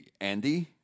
Andy